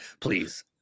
please